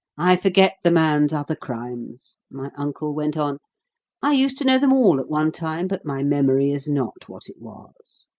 i forget the man's other crimes, my uncle went on i used to know them all at one time, but my memory is not what it was.